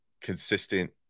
consistent